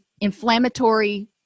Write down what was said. inflammatory